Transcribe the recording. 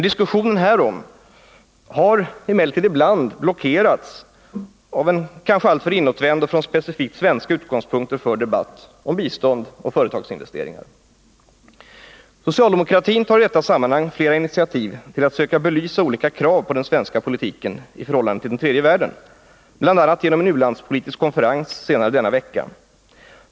Diskussionen härom har emellertid ibland blockerats av en kanske alltför inåtvänd och från specifikt svenska utgångspunkter förd debatt om bistånd och företagsinvesteringar. Socialdemokratin tar i detta sammanhang flera initiativ till att söka belysa olika krav på den svenska politiken i förhållande till den tredje världen, bl.a. genom en u-landspolitisk konferens senare i denna vecka.